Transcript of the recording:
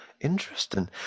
Interesting